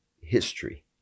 history